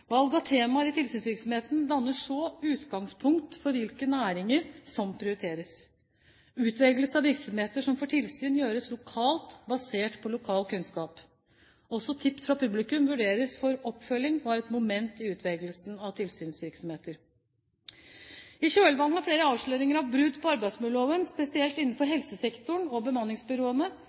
Valg av temaer i tilsynsvirksomheten danner så utgangspunkt for hvilke næringer som prioriteres. Utvelgelse av virksomheter som får tilsyn, gjøres lokalt basert på lokal kunnskap. Også tips fra publikum vurderes for oppfølging og er et moment i utvelgelsen av tilsynsvirksomheter. I kjølvannet av flere avsløringer av brudd på arbeidsmiljøloven, spesielt innenfor helsesektoren og